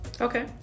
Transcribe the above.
Okay